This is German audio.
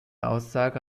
aussage